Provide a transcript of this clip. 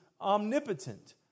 omnipotent